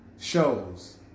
shows